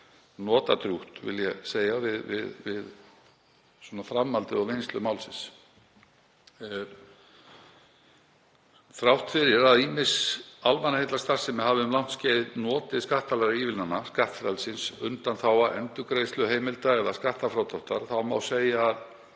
notadrjúgt, vil ég segja, við framhaldið og vinnslu málsins. Þrátt fyrir að ýmis almannaheillastarfsemi hafi um langt skeið notið skattalegra ívilnana, skattfrelsis, undanþága, endurgreiðsluheimilda eða skattfrádráttar, má segja að